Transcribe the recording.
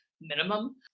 minimum